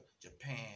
Japan